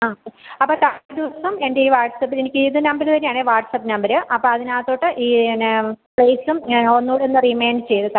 ആ അപ്പോൾ തലേ ദിവസം എൻ്റെ ഈ വാട്ട്സ്ആപ്പിലെനിക്ക് ഇത് നമ്പര് തന്നെയാണേ വാട്ട്സ്ആപ്പ് നമ്പര് അപ്പോൾ അതിനകത്തോട്ട് ഈ പിന്നേ പ്ലേസും ഒന്നുംകൂടെ ഒന്ന് റിമൈൻഡ് ചെയ്ത്